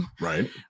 Right